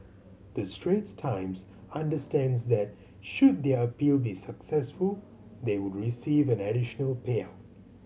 the Straits Times understands that should their appeal be successful they would receive an additional payout